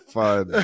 fun